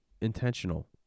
intentional